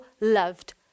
loved